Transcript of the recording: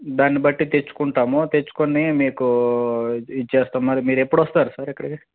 దాని బట్టి తెచ్చుకుంటాము తెచ్చుకుని మీకు ఇచ్చేస్తాము మరి మీరు ఎప్పుడొస్తారు సార్ ఇక్కడికి